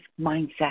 Mindset